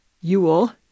Yule